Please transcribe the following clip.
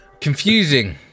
Confusing